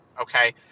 okay